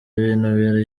binubira